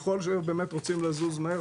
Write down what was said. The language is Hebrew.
באמת רוצים לזוז מהר,